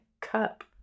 cup